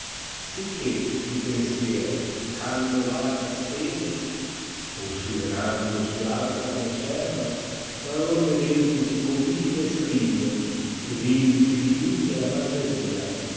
sicché i pensier eh hanno vaga tpene considerando sì alta cooset ba fra lor inedesmi si covigua e strigne k d indi si dipigne la fantasia